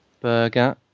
Burger